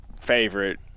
favorite